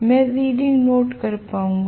मैं reading note कर पाऊंगा